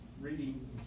reading